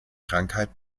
krankheit